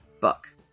book